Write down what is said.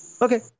Okay